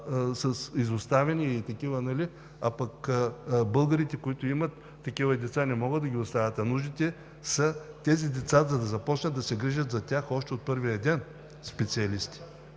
с изоставени циганчета, а пък българите, които имат такива деца, не могат да ги оставят, а нуждите са за тези деца да започнат да се грижат още от първия ден специалисти.“